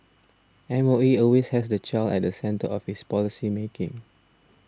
M O E always has the child at the centre of its policy making